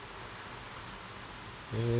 hmm